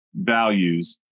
values